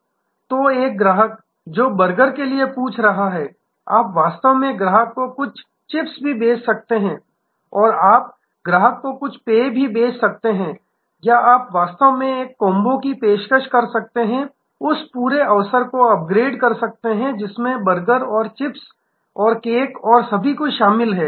तो एक ग्राहक जो बर्गर के लिए पूछ रहा है आप वास्तव में ग्राहक को कुछ चिप्स भी बेच सकते हैं या आप ग्राहक को कुछ पेय बेच सकते हैं या आप वास्तव में कॉम्बो की पेशकश करके उस पूरे अवसर को अपग्रेड कर सकते हैं जिसमें बर्गर और चिप्स और कोक और सब कुछ शामिल हैं